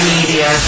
Media